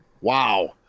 Wow